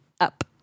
up